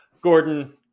Gordon